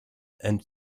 and